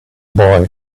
boy